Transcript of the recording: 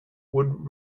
would